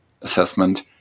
assessment